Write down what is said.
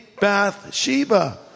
Bathsheba